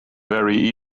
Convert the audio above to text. very